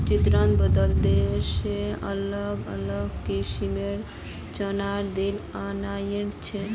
चितरंजन बांग्लादेश से अलग अलग किस्मेंर चनार दाल अनियाइल छे